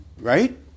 right